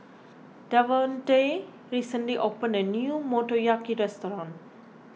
Davonte recently opened a new Motoyaki restaurant